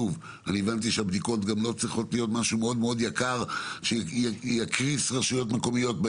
גם הבנתי שהבדיקות לא צריכות להיות דבר מאוד יקר שיקריס רשויות מקומיות.